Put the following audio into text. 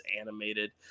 animated